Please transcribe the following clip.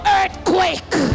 earthquake